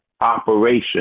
operation